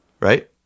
right